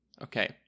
Okay